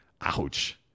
Ouch